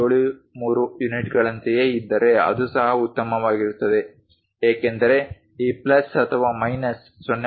73 ಯುನಿಟ್ಗಳಂತೆಯೇ ಇದ್ದರೆ ಅದು ಸಹ ಉತ್ತಮವಾಗಿರುತ್ತದೆ ಏಕೆಂದರೆ ಈ ಪ್ಲಸ್ ಅಥವಾ ಮೈನಸ್ 0